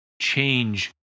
change